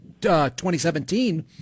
2017